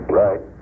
right